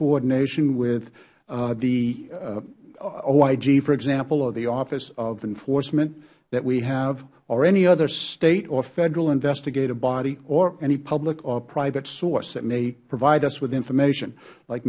coordination with the oig for example or the office of enforcement that we have or any other state or federal investigative body or any public or private source that may provide us with information like